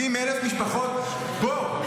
70,000 משפחות, בוא.